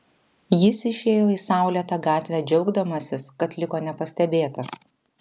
jis išėjo į saulėtą gatvę džiaugdamasis kad liko nepastebėtas